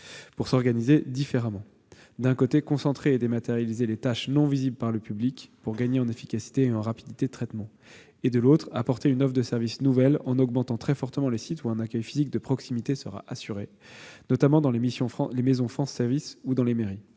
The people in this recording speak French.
pour s'organiser différemment : d'un côté, concentrer et dématérialiser les tâches non visibles par le public pour gagner en efficacité et en rapidité de traitement ; de l'autre, apporter une offre de service nouvelle en augmentant très fortement les sites où un accueil physique de proximité sera assuré, notamment dans les maisons France services ou dans les mairies.